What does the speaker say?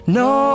no